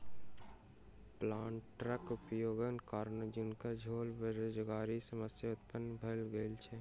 प्लांटरक उपयोगक कारणेँ जनक सोझा बेरोजगारीक समस्या उत्पन्न भ गेल छै